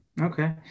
Okay